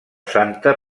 santa